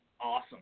awesome